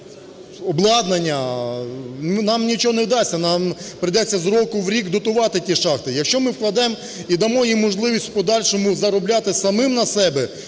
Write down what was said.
обладнання, нам нічого не вдасться, нам прийдеться з року в рік дотувати ті шахти. Якщо ми вкладемо і дамо їм можливість в подальшому заробляти самим на себе,